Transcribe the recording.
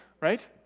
Right